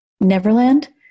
Neverland